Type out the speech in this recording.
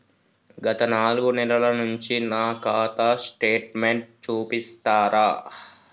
గత నాలుగు నెలల నుంచి నా ఖాతా స్టేట్మెంట్ చూపిస్తరా?